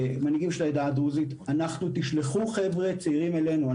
אני מבקש שתשלחו חבר'ה צעירים אלינו.